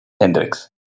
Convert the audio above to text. Hendrix